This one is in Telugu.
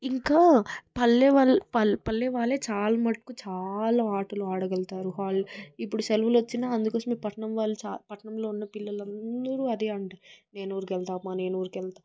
ఇంకా పల్లె వాళ్ళే పల్లె వాళ్ళే చాలా మటుకు చాలా ఆటలు అడగలుగుతారు ఇప్పుడు సెలవులు వచ్చినా అందుకోసమే పట్నం వాళ్ళు చాలా పట్నంలో ఉన్న పిల్లలందరూ కూడా అదే అంటారు నేను ఊరికి వెళ్తమ్మ నేను ఊరికి వెళ్త